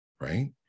Right